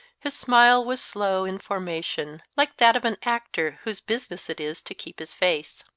his smile was slow in formation, like that of an actor whose business it is to keep his face.